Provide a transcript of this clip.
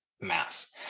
mass